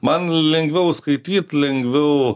man lengviau skaityt lengviau